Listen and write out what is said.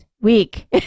week